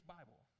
Bible